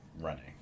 running